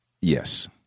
Yes